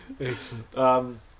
Excellent